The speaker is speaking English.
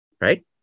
right